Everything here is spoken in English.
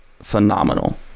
phenomenal